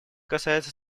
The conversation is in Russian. касается